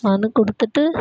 மனு கொடுத்துட்டு